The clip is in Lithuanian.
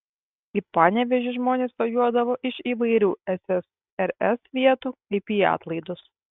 į panevėžį žmonės važiuodavo iš įvairių ssrs vietų kaip į atlaidus